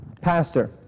Pastor